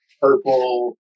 purple